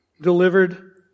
delivered